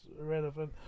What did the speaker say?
irrelevant